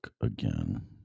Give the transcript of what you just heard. again